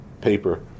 paper